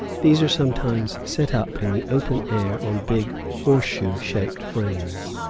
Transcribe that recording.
these are sometimes set up in the open air on big horseshoe-shaped frames,